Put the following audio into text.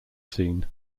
scene